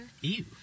Ew